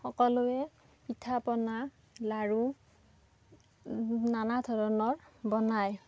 সকলোৱে পিঠা পনা লাড়ু নানা ধৰণৰ বনায়